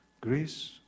Greece